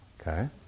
Okay